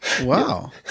Wow